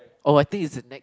oh I think is the next